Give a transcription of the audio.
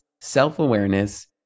self-awareness